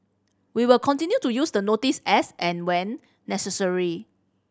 we will continue to use the notice as and when necessary